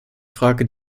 frage